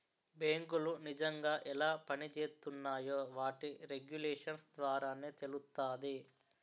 బేంకులు నిజంగా ఎలా పనిజేత్తున్నాయో వాటి రెగ్యులేషన్స్ ద్వారానే తెలుత్తాది